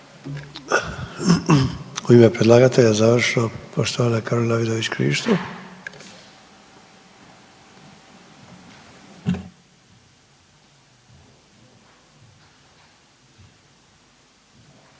U ime predlagatelja završno, poštovana Karolina Vidović Krišto.